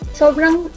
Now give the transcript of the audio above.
sobrang